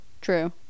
true